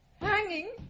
Hanging